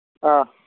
ꯑꯥꯥ